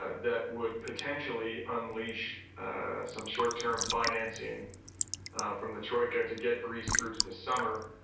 ah that would potentially unleash some short-term financing from the troika to get greece through to the summer.